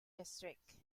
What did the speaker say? district